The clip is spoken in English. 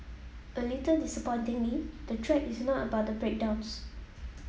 a little disappointingly the thread is not about the breakdowns